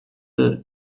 蛱蝶